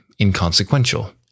inconsequential